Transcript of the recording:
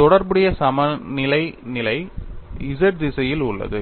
தொடர்புடைய சமநிலை நிலை z திசையில் உள்ளது